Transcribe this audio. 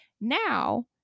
Now